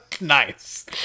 Nice